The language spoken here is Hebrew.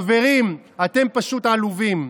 חברים, אתם פשוט עלובים.